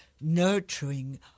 nurturing